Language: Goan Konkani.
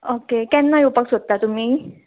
ओके केन्ना येवपाक सोदता तुमी